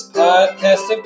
podcast